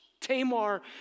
Tamar